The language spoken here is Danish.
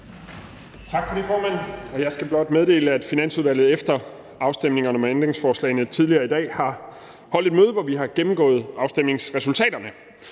Tak for det, formand. Jeg skal blot meddele, at Finansudvalget efter afstemningerne om ændringsforslagene tidligere i dag har holdt et møde, hvor vi har gennemgået afstemningsresultaterne.